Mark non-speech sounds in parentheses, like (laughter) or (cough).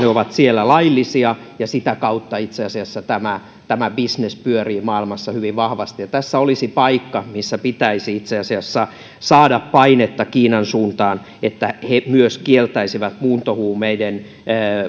(unintelligible) ovat laillisia ja sitä kautta itse asiassa tämä tämä bisnes pyörii maailmassa hyvin vahvasti tässä olisi paikka missä pitäisi itse asiassa saada painetta kiinan suuntaan että he myös kieltäisivät muuntohuumeiden